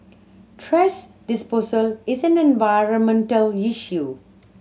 thrash disposal is an environmental issue